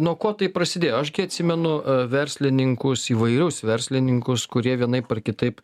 nuo ko tai prasidėjo aš gi atsimenu verslininkus įvairius verslininkus kurie vienaip ar kitaip